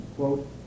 quote